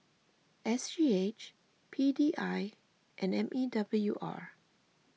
S G H P D I and M E W R